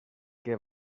que